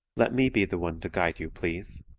let me be the one to guide you, please.